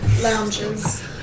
Lounges